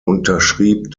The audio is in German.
unterschrieb